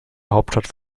hauptstadt